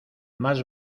más